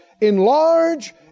enlarge